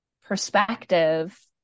perspective